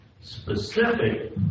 specific